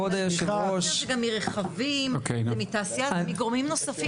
אבל זה גם מרכבים, זה מתעשייה, מגורמים נוספים.